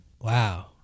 Wow